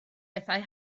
bethau